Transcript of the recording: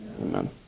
Amen